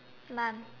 none